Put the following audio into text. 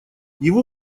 его